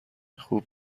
خوب